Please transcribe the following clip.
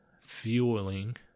fueling